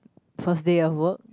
first day of work